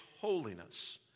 holiness